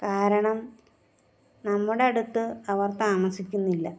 കാരണം നമ്മുടെ അടുത്ത് അവർ താമസിക്കുന്നില്ല